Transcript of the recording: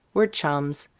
we're chums.